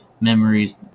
memories